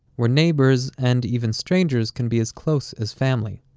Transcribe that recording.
where neighbors, and even strangers, can be as close as family.